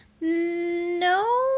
No